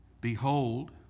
Behold